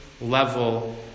level